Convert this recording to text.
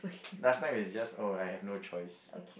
last time is just oh I have no choice